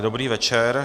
Dobrý večer.